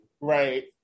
Right